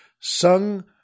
sung